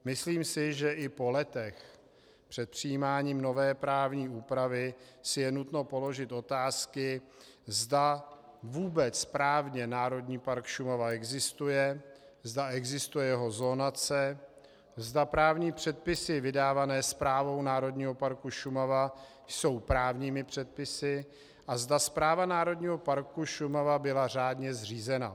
Myslím si, že i po letech před přijímáním nové právní úpravy si je nutno položit otázky, zda vůbec právně Národní park Šumava existuje, zda existuje jeho zonace, zda právní předpisy vydávané Správou Národního parku Šumava jsou právními předpisy a zda Správa Národního parku Šumava byla řádně zřízena.